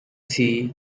sea